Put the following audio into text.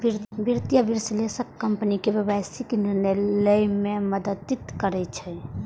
वित्तीय विश्लेषक कंपनी के व्यावसायिक निर्णय लए मे मदति करै छै